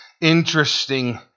interesting